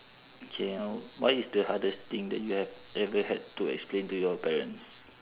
K what is the hardest thing that you have ever had to explain to your parents